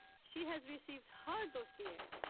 she has received her dossier.